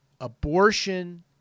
Abortion